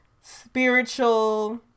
spiritual